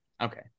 Okay